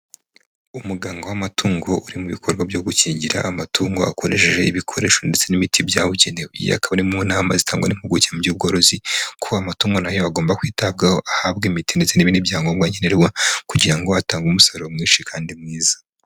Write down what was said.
Umuganga w'amatungo uri mu bikorwa byo gukingira amatungo, akoresheje ibikoresho ndetse n'imiti byabugenewe. Iyi ikaba ari imwe mu nama zitangwa n'impuguke mu by'ubworozi ko amatungo na yo agomba kwitabwaho, ahabwa imiti ndetse n'ibindi byangombwa nkenerwa, kugira ngo atange umusaruro mwinshi kandi mwiza.